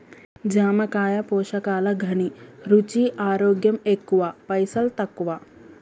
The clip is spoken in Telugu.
జామకాయ పోషకాల ఘనీ, రుచి, ఆరోగ్యం ఎక్కువ పైసల్ తక్కువ